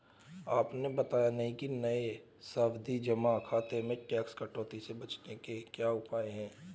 आपने बताया नहीं कि नये सावधि जमा खाते में टैक्स कटौती से बचने के क्या उपाय है?